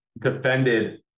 defended